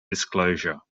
disclosure